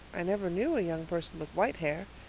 i never knew a young person with white hair.